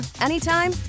anytime